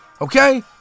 okay